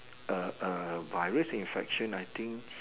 uh uh virus infection I think